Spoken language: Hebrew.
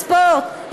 בספורט,